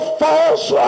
false